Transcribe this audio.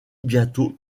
bientôt